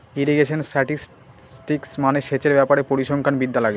irrigation statistics মানে সেচের ব্যাপারে পরিসংখ্যান বিদ্যা লাগে